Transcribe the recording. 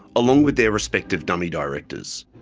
along with their respective dummy directors.